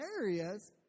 areas